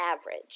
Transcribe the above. average